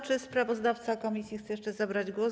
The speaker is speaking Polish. Czy sprawozdawca komisji chce jeszcze zabrać głos?